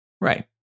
Right